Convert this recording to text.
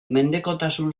mendekotasun